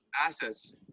assets